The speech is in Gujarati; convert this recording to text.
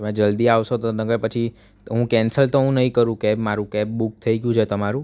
તમે જલ્દી આવશો તો નકર પછી તો હું કેન્સલ તો હું નહીં કરું કેબ મારૂં કેબ બુક થઈ ગયું છે તમારું